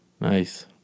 Nice